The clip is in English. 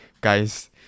guys